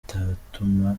bitatuma